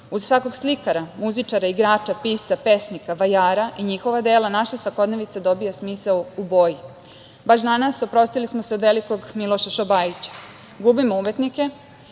Uz svakog slikara, muzičara, igrača, pisca, pesnika, vajara i njihova dela, naša svakodnevnica dobija smisao u boji. Baš danas, oprostili smo se od velikog Miloša Šobajića. Gubimo umetnike,